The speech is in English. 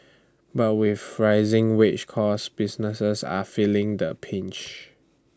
but with rising wage costs businesses are feeling the pinch